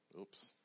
Oops